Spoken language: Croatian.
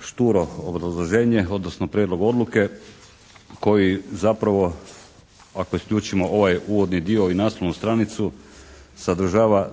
šturo obrazloženje, odnosno prijedlog odluke koji zapravo ako isključimo ovaj uvodni dio i naslovnu stranicu, sadržava